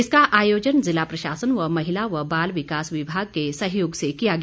इसका आयोजन जिला प्रशासन व महिला व बाल विकास विभाग के सहयोग से किया गया